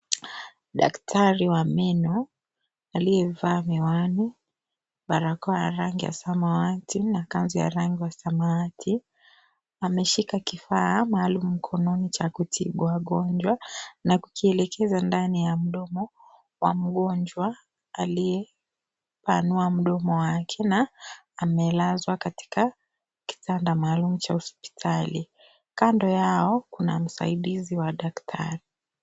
Daktari wa meno aliyevaa miwani, barakoa ya rangi ya samawati na kanzu ya rangi ya samawati. Ameshika kifaa maalum mkononi cha kutibu wagonjwa. Na kukielekeza ndani ya mdomo wa mgonjwa aliyepanua mdomo wake, na amelazwa katika katanda maalum cha hospitali. Kando yao kuna msaidizi wa daktari.